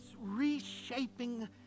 reshaping